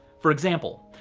for example,